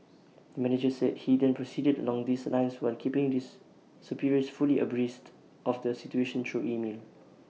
the manager said he then proceeded along these lines while keeping this superiors fully abreast of the situation through email